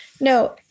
no